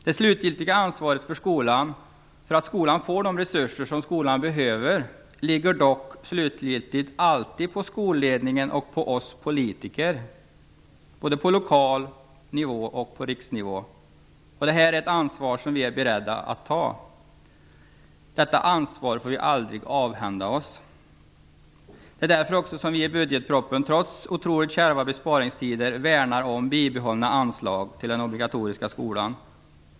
Det slutgiltiga ansvaret för att skolan får de resurser som skolan behöver ligger dock alltid på skolledningen och på oss politiker, både på lokal nivå och på riksnivå. Detta är ett ansvar som vi är beredda att ta. Detta ansvar får vi aldrig avhända oss. Det är också därför som vi i budgetpropositionen, trots otroligt kärva besparingstider, värnar om bibehållna anslag till den obligatoriska skolan.